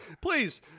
Please